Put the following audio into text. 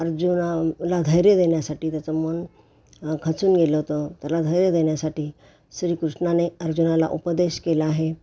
अर्जुनाला धैर्य देण्यासाठी त्याचं मन खचून गेलं होतं त्याला धैर्य देण्यासाठी श्रीकृष्णाने अर्जुनाला उपदेश केला आहे